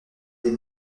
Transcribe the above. des